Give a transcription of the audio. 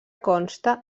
consta